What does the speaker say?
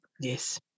yes